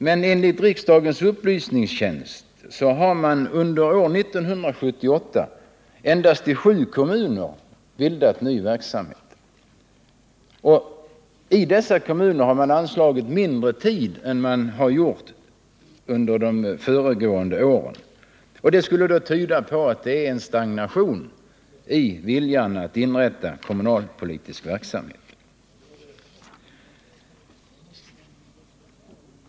Men enligt riksdagens upplysningstjänst har man år 1978 bildat ny verksamhet i endast sju kommuner. Och i dessa kommuner har man anslagit mindre tid än man gjort under de föregående åren. Det skulle tyda på en stagnation i viljan att starta kommunal konsumentpolitisk verksamhet.